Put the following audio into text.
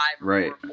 right